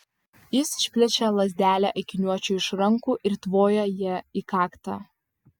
jis išplėšė lazdelę akiniuočiui iš rankų ir tvojo ja į kaktą